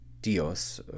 Dios